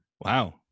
Wow